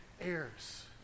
heirs